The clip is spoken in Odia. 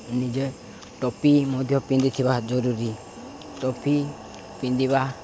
ନିଜେ ଟୋପି ମଧ୍ୟ ପିନ୍ଧିଥିବା ଜରୁରୀ ଟୋପି ପିନ୍ଧିବା